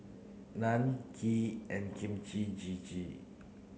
Naan Kheer and Kimchi Jjigae